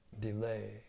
delay